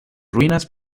ruinas